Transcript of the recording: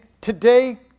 today